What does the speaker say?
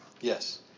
Yes